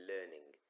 Learning